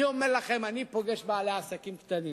אני אומר לכם: אני פוגש בעלי עסקים קטנים,